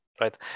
right